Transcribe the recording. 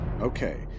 Okay